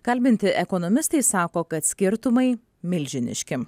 kalbinti ekonomistai sako kad skirtumai milžiniški